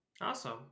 Awesome